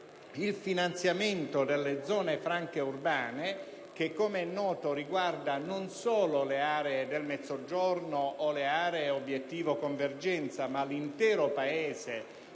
il finanziamento delle zone franche urbane (che, come è noto, riguardano non solo le aree del Mezzogiorno o quelle dell'obiettivo «convergenza» ma l'intero Paese,